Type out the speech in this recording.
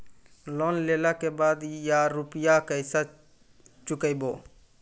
Loan लेला के बाद या रुपिया केसे चुकायाबो?